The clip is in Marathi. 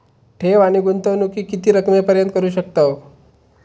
ठेव आणि गुंतवणूकी किती रकमेपर्यंत करू शकतव?